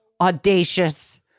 audacious